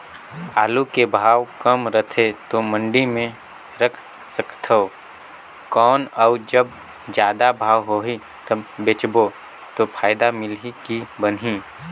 आलू के भाव कम रथे तो मंडी मे रख सकथव कौन अउ जब जादा भाव होही तब बेचबो तो फायदा मिलही की बनही?